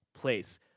place